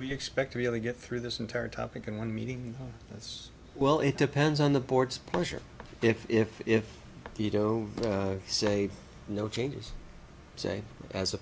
we expect to really get through this entire topic in one meeting yes well it depends on the board's pleasure if if if you don't say no changes say a